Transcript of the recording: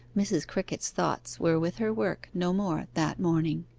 mrs. crickett's thoughts were with her work no more that morning.